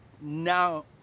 now